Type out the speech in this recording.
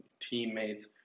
teammates